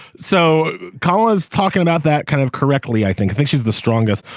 so collins talking about that kind of correctly i think i think she's the strongest.